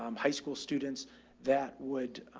um high school students that would